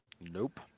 Nope